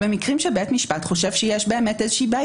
במקרים שבית משפט חושב שיש בעיה.